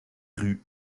rue